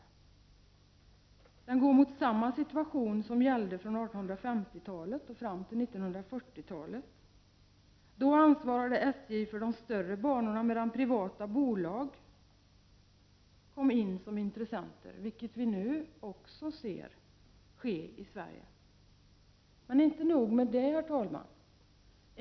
När det gäller järnvägen närmar vi oss den situation som vi hade från 1850 talet och fram till 1940-talet. Då ansvarade SJ för de större banorna. Privata bolag kom med i bilden som intressenter, vilket nu också sker i Sverige. Men det är inte allt, herr talman!